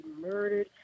murdered